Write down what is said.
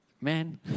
Man